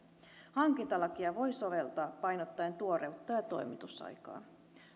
hankintalakia voi soveltaa painottaen tuoreutta ja toimitusaikaa